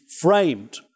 framed